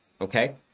Okay